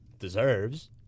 Deserves